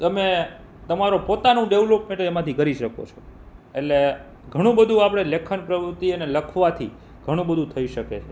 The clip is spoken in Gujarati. તમે તમારું પોતાનું ડેવલોપમેન્ટ એમાંથી કરી શકો છો એટલે ઘણું બધુ આપણે લેખન પ્રવૃત્તિ અને લખવાથી ઘણું બધુ થઈ શકે છે